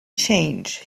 change